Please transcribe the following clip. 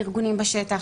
הארגונים בשטח,